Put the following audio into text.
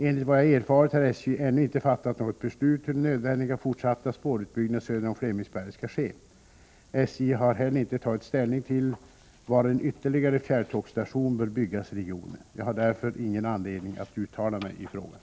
Enligt vad jag har erfarit har SJ ännu inte fattat något beslut hur den nödvändiga fortsatta spårutbyggnaden söder om Flemingsberg skall ske. SJ har heller inte tagit ställning till var en ytterligare fjärrtågsstation bör byggas i regionen. Jag har därför ingen anledning att uttala mig i frågan.